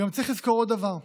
צריך לזכור עוד דבר: